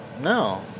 No